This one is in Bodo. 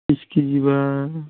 बिस केजिब्ला